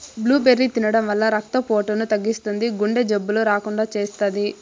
blueberry తినడం వల్ల రక్త పోటును తగ్గిస్తుంది, గుండె జబ్బులు రాకుండా చేస్తాది